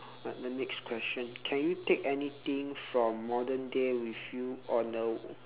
uh the next question can you take anything from modern day with you on a